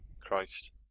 Christ